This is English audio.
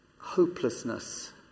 hopelessness